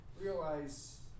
realize